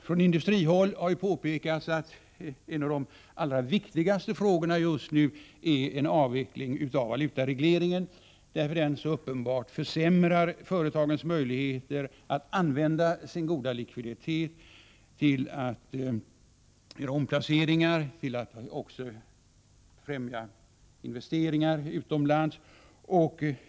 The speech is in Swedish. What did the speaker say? Från industrihåll har påpekats att en av de allra viktigaste frågorna just nu är en avveckling av valutaregleringen, eftersom den så uppenbart försämrar företagens möjligheter att använda sin goda likviditet till omplaceringar och till investeringar utomlands.